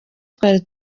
twari